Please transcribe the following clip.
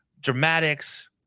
Dramatics